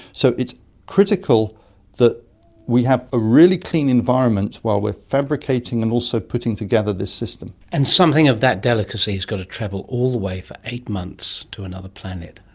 so it's critical that we have a really clean environment while we're fabricating and also putting together this system. and something of that delicacy has got to travel all the way for eight months to another planet.